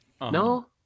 no